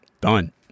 done